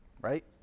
Right